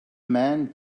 man